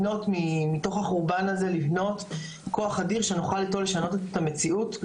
ומתוך החורבן הזה לבנות כוח אדיר שנוכל איתו לשנות את המציאות.